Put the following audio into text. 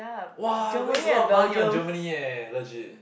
!wah! waste a lot of money on Germany eh legit